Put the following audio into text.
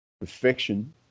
Perfection